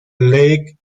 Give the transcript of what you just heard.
lake